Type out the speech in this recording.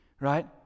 right